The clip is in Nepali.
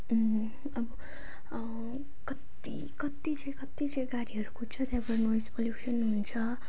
अब कति कति कति चाहिँ कति चाहिँ गाडीहरू कुद्छ त्यहाँबाट नोइस पल्युसन हुन्छ